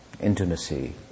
intimacy